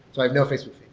like no facebook